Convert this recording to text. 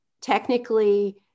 technically